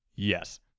Yes